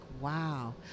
wow